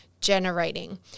generating